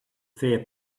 fair